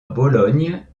bologne